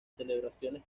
celebraciones